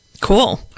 Cool